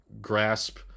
grasp